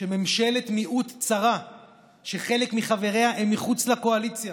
שממשלת מיעוט צרה שחלק מחבריה הם מחוץ לקואליציה,